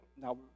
Now